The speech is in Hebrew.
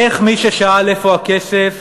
איך מי ששאל "איפה הכסף?"